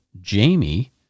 Jamie